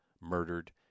murdered